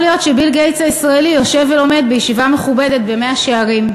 יכול להיות שביל גייטס הישראלי יושב ולומד בישיבה מכובדת במאה-שערים.